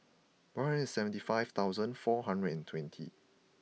one hundred and seventy five thousand four hundred and twenty